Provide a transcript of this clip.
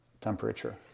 temperature